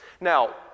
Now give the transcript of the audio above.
Now